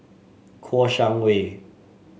Kouo Shang Wei